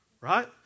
Right